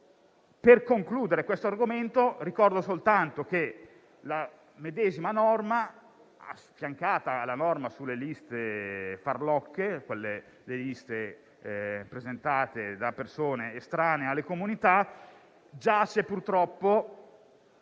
Per concludere questo argomento, ricordo soltanto che la medesima norma, affiancata alla norma sulle liste farlocche, quelle presentate da persone estranee alle comunità, giace purtroppo